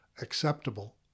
acceptable